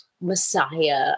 Messiah